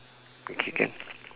okay can